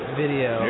video